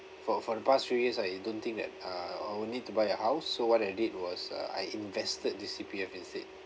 for for the past few years I don't think that uh I will need to buy a house so what I did was uh I invested the C_P_F instead